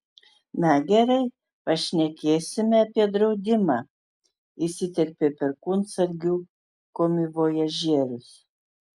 na gerai pašnekėsime apie draudimą įsiterpė perkūnsargių komivojažierius